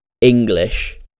English